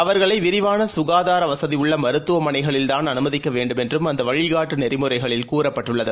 அவர்களைவிரிவானசுகாதாரவசதிஉள்ளமருத்துவமனைகளில்தான் அனுமதிக்கவேண்டும் என்றும் அந்தவழிகாட்டுநெறிமுறைகளில் கூறப்பட்டுள்ளது